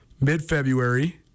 mid-February